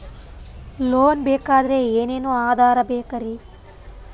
Loan ಬೇಕಾದ್ರೆ ಏನೇನು ಆಧಾರ ಬೇಕರಿ?